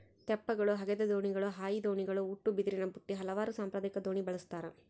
ತೆಪ್ಪಗಳು ಹಗೆದ ದೋಣಿಗಳು ಹಾಯಿ ದೋಣಿಗಳು ಉಟ್ಟುಬಿದಿರಿನಬುಟ್ಟಿ ಹಲವಾರು ಸಾಂಪ್ರದಾಯಿಕ ದೋಣಿ ಬಳಸ್ತಾರ